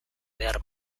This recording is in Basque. behar